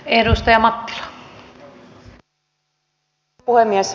arvoisa rouva puhemies